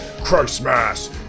Christmas